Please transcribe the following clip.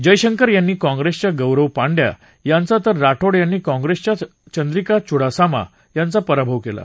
जयशंकर यांनी काँग्रेसच्या गौरव पांड्या यांचा तर ठाकोर यांनी काँप्रेसच्याच चंद्रिका चुडासामा यांचा पराभव केला